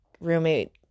roommate